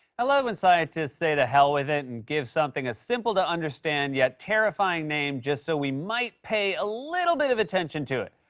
i love when scientists say the hell with it and give something a simple-to-understand, yet terrifying, name, just so we might pay a little bit of attention to it.